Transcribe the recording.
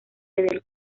del